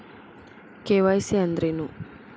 KYC ಅಂದ್ರೇನು?